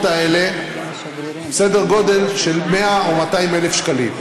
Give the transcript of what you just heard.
האלה סדר גודל של 100,000 או 200,000 שקלים.